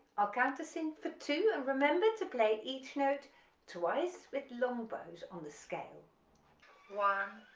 i'll count us in for two, and remember to play each note twice with long bows on the scale one,